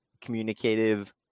communicative